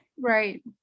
Right